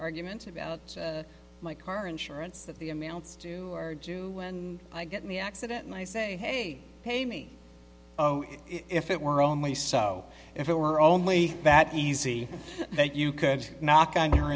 argument about my car insurance that the amounts do or do when i get in the accident and i say pay me if it were only so if it were only that easy that you could knock on your